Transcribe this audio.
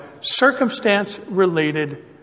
circumstance-related